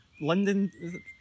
London